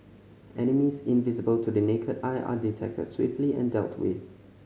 enemies invisible to the naked eye are detected swiftly and dealt with